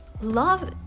Love